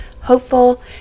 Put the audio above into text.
hopeful